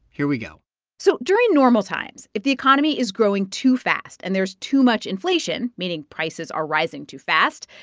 here we go so during normal times, if the economy is growing too fast and there's too much inflation, meaning prices are rising too fast,